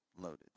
loaded